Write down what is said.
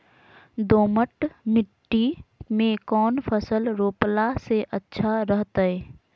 दोमट मिट्टी में कौन फसल रोपला से अच्छा रहतय?